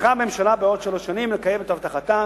צריכה הממשלה בעוד שלוש שנים לקיים את הבטחתה